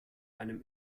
einem